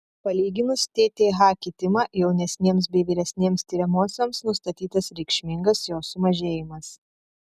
palyginus tth kitimą jaunesnėms bei vyresnėms tiriamosioms nustatytas reikšmingas jo sumažėjimas